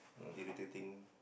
irritating